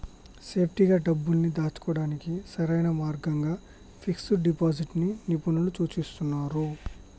సేఫ్టీగా డబ్బుల్ని దాచుకోడానికి సరైన మార్గంగా ఫిక్స్డ్ డిపాజిట్ ని నిపుణులు సూచిస్తున్నరు